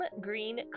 green